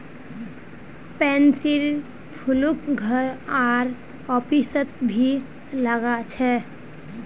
पैन्सीर फूलक घर आर ऑफिसत भी लगा छे